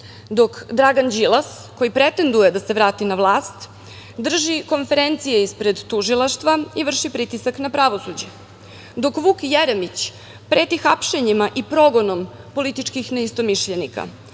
dok Dragan Đilas, koji pretenduje da se vrati na vlast, drži konferencije ispred tužilaštva i vrši pritisak na pravosuđe, dok Vuk Jeremić preti hapšenjima i progonom političkih neistomišljenika,